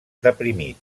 deprimit